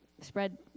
spread